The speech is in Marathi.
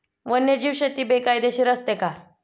वन्यजीव शेती बेकायदेशीर असते का?